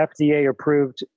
FDA-approved